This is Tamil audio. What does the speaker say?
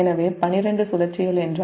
எனவே 12 சுழற்சிகள் என்றால் 1260 0